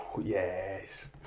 yes